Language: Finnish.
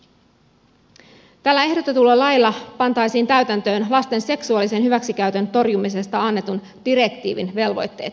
tällä ehdotetulla lailla pantaisiin täytäntöön lasten seksuaalisen hyväksikäytön torjumisesta annetun direktiivin velvoitteet